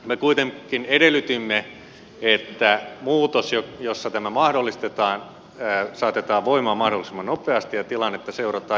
me kuitenkin edellytimme että muutos jossa tämä mahdollistetaan saatetaan voimaan mahdollisimman nopeasti ja tilannetta seurataan